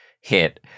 hit